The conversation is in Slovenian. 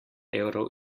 evrov